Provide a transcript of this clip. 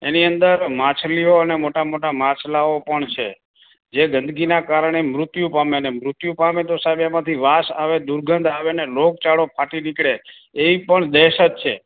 એની અંદર માછલીઓ અને મોટા મોટા માછલાઓ પણ છે જે ગંદકીના કારણે મૃત્યુ પામે અને મૃત્યુ પામે તો સાહેબ એમાંથી વાસ આવે દુર્ગંધ આવે અને રોગચાળો ફાટી નીકળે એ પણ દહેશત છે